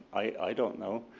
i don't know.